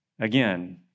Again